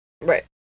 Right